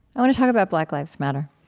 i want to talk about black lives matter.